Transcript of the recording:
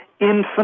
infinite